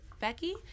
Becky